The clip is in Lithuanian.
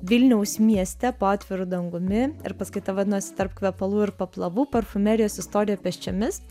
vilniaus mieste po atviru dangumi ir paskaita vadinosi tarp kvepalų ir paplavų parfumerijos istorijoje pėsčiomis